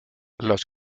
los